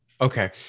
Okay